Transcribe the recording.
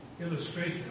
Illustration